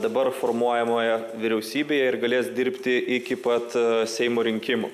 dabar formuojamoje vyriausybėje ir galės dirbti iki pat seimo rinkimų